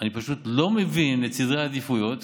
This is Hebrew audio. אני פשוט לא מבין את סדרי העדיפויות